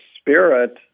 Spirit